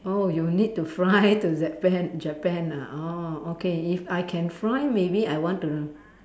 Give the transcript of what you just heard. oh you need to fly to Japan Japan ah orh okay if I can fly maybe I want to